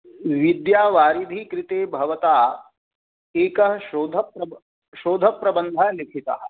विद्यावारिधिकृते भवता एकः शोधप्रब शोधप्रबन्ध लिखित